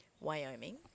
Wyoming